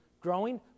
growing